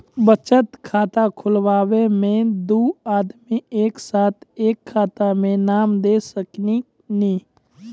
बचत खाता खुलाए मे दू आदमी एक साथ एके खाता मे नाम दे सकी नी?